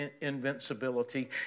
invincibility